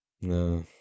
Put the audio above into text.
No